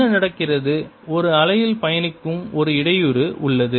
என்ன நடக்கிறது ஒரு அலையில் பயணிக்கும் ஒரு இடையூறு உள்ளது